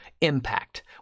impact